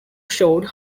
showed